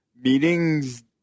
meetings